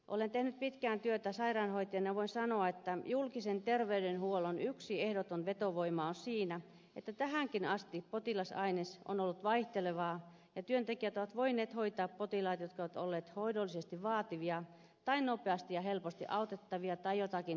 olen tehnyt pitkään työtä sairaanhoitajana ja voin sanoa että julkisen terveydenhuollon yksi ehdoton vetovoima on siinä että tähänkin asti potilasaines on ollut vaihtelevaa ja työntekijät ovat voineet hoitaa potilaita jotka ovat olleet hoidollisesti vaativia tai nopeasti ja helposti autettavia tai jotakin siltä väliltä